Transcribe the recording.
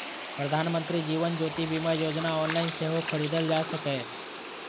प्रधानमंत्री जीवन ज्योति बीमा योजना ऑनलाइन सेहो खरीदल जा सकैए